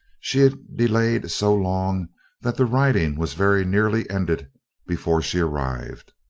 she had delayed so long that the riding was very nearly ended before she arrived.